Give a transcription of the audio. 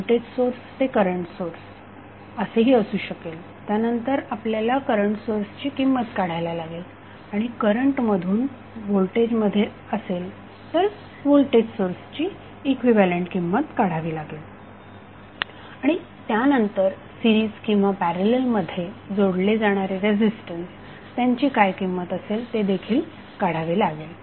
voltage source ते current source असेही असू शकेल त्यानंतर आपल्याला करंट सोर्सची किंमत काढायला लागेल आणि करंट मधून व्होल्टेजमध्ये असेल तर व्होल्टेज सोर्सची इक्विव्हॅलेन्ट किंमत काढावी लागेल आणि त्यानंतर सिरीज किंवा पॅरलल मध्ये जोडले जाणारे रेझिस्टन्स त्यांची किंमत काय असेल ते देखील काढावे लागेल